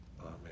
Amen